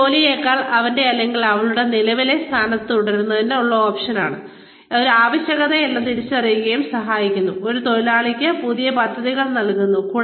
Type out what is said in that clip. ഇത് തൊഴിലാളിയെ അവന്റെ അല്ലെങ്കിൽ അവളുടെ നിലവിലെ സ്ഥാനത്ത് തുടരുന്നത് ഒരു ഓപ്ഷനാണ് ഒരു ആവശ്യകതയല്ല എന്ന് തിരിച്ചറിയാനും സഹായിക്കുന്നു ഇത് തൊഴിലാളിക്ക് പുതിയ പദ്ധതികൾ നൽകുന്നു